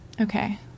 Okay